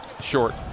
short